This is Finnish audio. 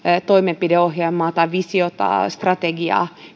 toimenpideohjelmaa tai visiota strategiaa